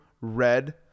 red